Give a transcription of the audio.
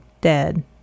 dead